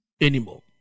anymore